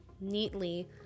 neatly